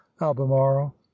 albemarle